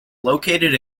located